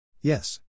Yes